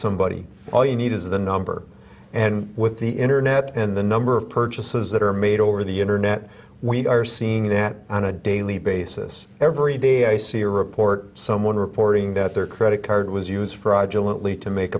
somebody all you need is the number and with the internet and the number of purchases that are made over the internet we are seeing that on a daily basis every day i see a report someone reporting that their credit card was used for aaja lately to make